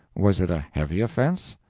was it a heavy offense?